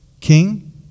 King